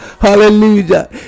hallelujah